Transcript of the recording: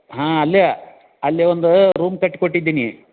ಹಾಂ ಅಲ್ಲೇ ಅಲ್ಲೇ ಒಂದು ರೂಮ್ ಕಟ್ಟಿ ಕೊಟ್ಟಿದ್ದೆ ನೀ